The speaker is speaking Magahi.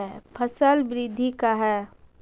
फसल वृद्धि का है?